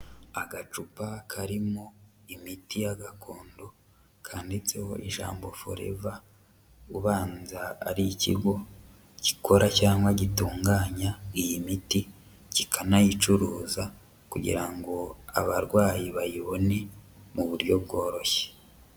Agacupa karimo imiti ya gakondo kanditseho ijambo Forever, ubanza ari ikigo gikora cyangwa gitunganya iyi miti, kikanayicuruza kugira ngo abarwayi bayibone mu buryo bworoshye.